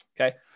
Okay